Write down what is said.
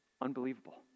Unbelievable